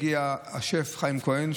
הגיע השף חיים כהן,